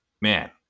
man